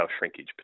shrinkage